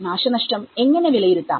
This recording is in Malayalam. നാശനഷ്ടം എങ്ങനെ വിലയിരുത്താം